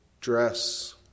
dress